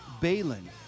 Balin